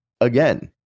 again